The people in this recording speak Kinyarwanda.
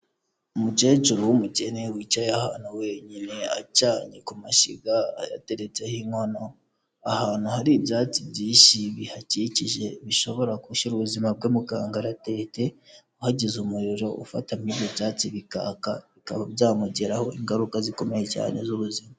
Umukecuru w'umukene wicaye ahantu wenyine, acanye ku mashyiga ateretseho inkono, ahantu hari ibyatsi byinshi bihakikije, bishobora gushyira ubuzima bwe mu kangaratete hagize umuriro ufata muri ibyo byatsi bikaka, bikaba byamugiraho ingaruka zikomeye cyane z'ubuzima.